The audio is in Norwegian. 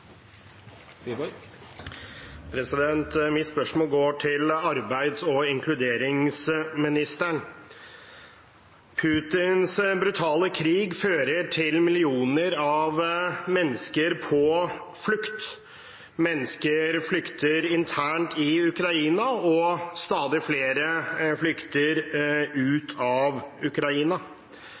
neste hovedspørsmål. Mitt spørsmål går til arbeids- og inkluderingsministeren. Putins brutale krig fører til millioner av mennesker på flukt. Mennesker flykter internt i Ukraina, og stadig flere flykter ut av Ukraina.